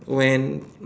when